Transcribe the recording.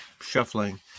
shuffling